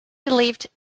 believed